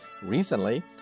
Recently